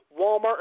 Walmart